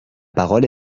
parole